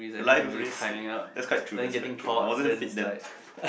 life risk that's quite true that's quite true I wasn't fit then